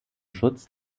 schutz